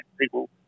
people